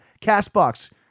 CastBox